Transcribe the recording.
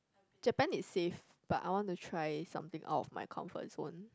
Japan is safe but I want to try something out of my comfort zone